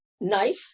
knife